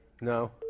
no